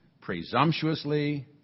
presumptuously